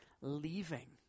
leaving